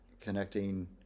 connecting